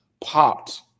popped